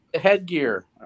headgear